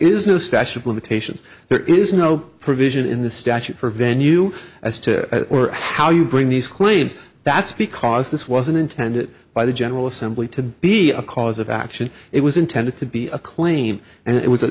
statute of limitations there is no provision in the statute for venue as to how you bring these claims that's because this wasn't intended by the general assembly to be a cause of action it was intended to be a claim and it was